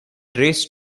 race